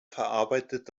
verarbeitet